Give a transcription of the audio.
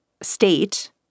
state